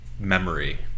memory